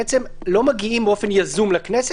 בעצם לא מגיעים באופן יזום לכנסת,